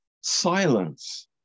silence